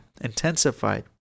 intensified